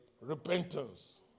Repentance